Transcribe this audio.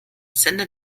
sender